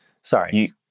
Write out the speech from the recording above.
Sorry